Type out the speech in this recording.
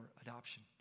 adoption